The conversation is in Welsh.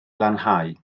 lanhau